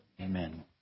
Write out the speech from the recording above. Amen